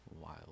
Wild